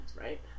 right